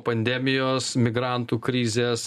pandemijos migrantų krizės